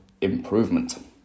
improvement